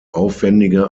aufwendige